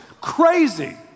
crazy